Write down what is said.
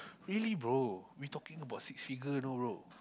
really bro we talking about six figure you know bro